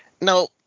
Now